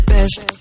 Best